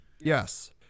Yes